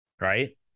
Right